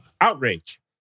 outrage